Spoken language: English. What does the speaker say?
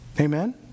Amen